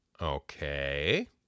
Okay